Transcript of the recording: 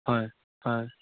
হয় হয়